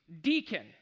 deacon